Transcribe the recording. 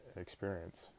experience